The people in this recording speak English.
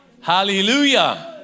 hallelujah